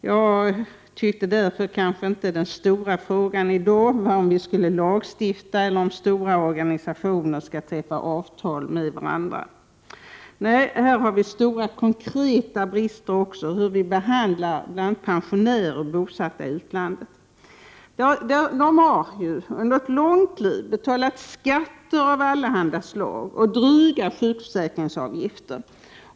Jag tycker inte att den stora frågan i dag är om huruvida vi skulle lagstifta eller om stora organisationer skulle träffa avtal med varandra. Nej, vi har stora konkreta brister, bl.a. vad gäller hur vi behandlar pensionärer bosatta i utlandet. Det har ju under ett långt liv betalat skatter av allehanda slag och dryga sjukförsäkringsavgifter.